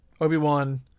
Obi-Wan